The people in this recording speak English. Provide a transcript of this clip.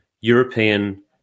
European